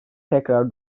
tekrar